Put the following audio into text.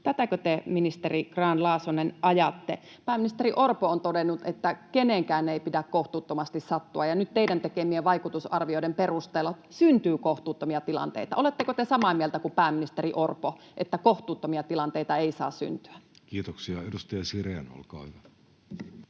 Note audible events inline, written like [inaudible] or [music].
Tätäkö te, ministeri Grahn-Laasonen, ajatte? Pääministeri Orpo on todennut, että keneenkään ei pidä kohtuuttomasti sattua, [noise] ja nyt teidän tekemienne vaikutusarvioiden perusteella syntyy kohtuuttomia tilanteita. [noise] Oletteko te samaa mieltä kuin pääministeri Orpo, että kohtuuttomia tilanteita ei saa syntyä? [Speech 76] Speaker: